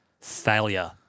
Failure